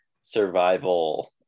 survival